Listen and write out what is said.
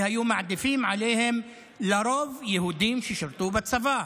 כי היו מעדיפים עליהם לרוב יהודים ששירתו בצבא.